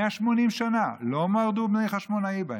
180 שנה, לא מרדו בני החשמונאים בהם,